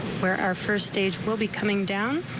where our first stage will be coming down.